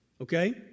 Okay